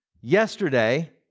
yesterday